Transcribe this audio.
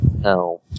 No